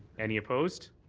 any opposed?